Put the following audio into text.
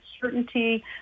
certainty